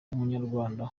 umunyarwanda